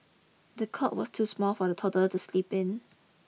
the cot was too small for the toddler to sleep in